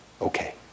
Okay